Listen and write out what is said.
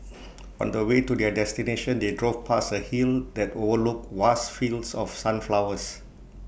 on the way to their destination they drove past A hill that overlooked vast fields of sunflowers